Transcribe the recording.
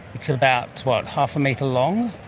it's about, what, half a metre long.